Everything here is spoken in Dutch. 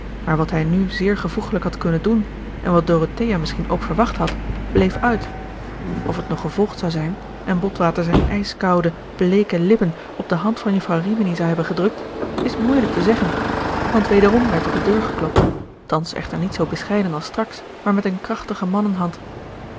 maar wat hij nu zeer gevoegelijk had kunnen doen en wat dorothea misschien ook verwacht had bleef uit of het nog gevolgd zou zijn en botwater zijne ijskoude bleeke lippen op de hand van jufvrouw rimini zou hebben gedrukt is moeielijk te zeggen want wederom werd op de duur geklopt thans echter niet zoo bescheiden als straks maar met een krachtige